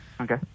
Okay